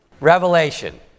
Revelation